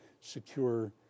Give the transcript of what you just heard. secure